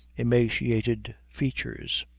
emaciated features,